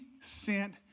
sent